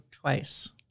twice